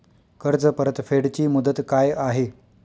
कर्ज परतफेड ची मुदत काय आहे?